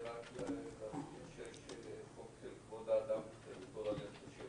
אני רוצה להזכיר שיש חוק כבוד האדם וחירותו.